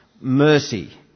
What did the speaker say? mercy